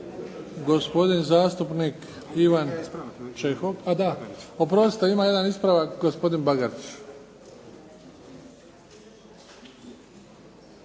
gospodin zastupnik. A da oprostite ima jedan ispravak, gospodin Bagarić.